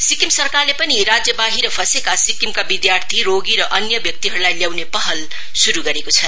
सिक्किम सरकारले पनि राज्यबाहिर फँसेका सिक्किमका विद्यार्थी रोगी र अन्य व्यक्तिहरुलाई ल्याउने पहल शुरु गरेको छ